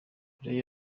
koreya